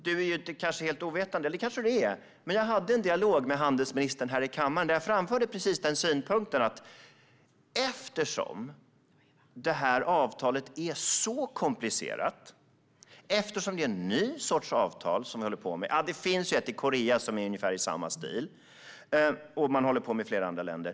Du är kanske inte helt ovetande, Håkan Svenneling, eller så är du kanske det, men jag hade en dialog med handelsministern här i kammaren, där jag framförde precis samma synpunkt. Detta är ett komplicerat avtal av en ny sort - även om det finns ett i ungefär samma stil i Korea och man håller på i flera andra länder.